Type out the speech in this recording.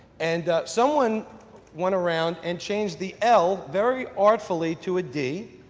and, someone went around and changed the l, very artfully to a d,